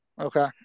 Okay